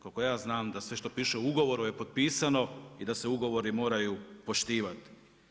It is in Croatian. Koliko ja znam da sve što piše u ugovoru je potpisano i da se ugovori moraju poštivati.